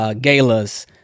galas